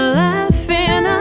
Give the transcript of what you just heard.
laughing